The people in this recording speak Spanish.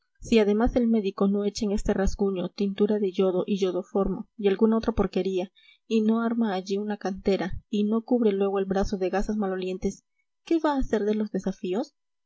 si además el médico no echa en este rasguño tintura de yodo y yodoformo y alguna otra porquería y no arma allí una cantera y no cubre luego el brazo de gasas malolientes qué va a ser de los desafíos